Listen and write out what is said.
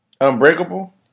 Unbreakable